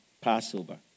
Passover